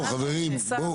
חברים,